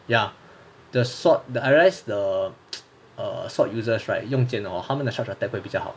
ya the sword I realise the sword the sword users right 用剑的 hor 他们的 charged attack 会比较好